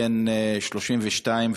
בן 32,